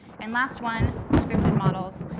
and last one, scripted models.